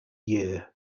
year